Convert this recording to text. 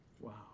Wow